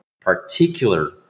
particular